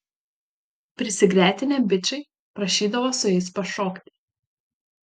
prisigretinę bičai prašydavo su jais pašokti